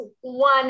one